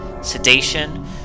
sedation